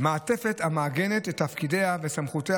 מעטפת המעגנת את תפקידיה וסמכויותיה